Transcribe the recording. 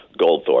Goldthorpe